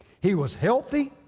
he was healthy,